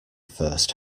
first